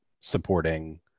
supporting